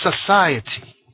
society